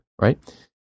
Right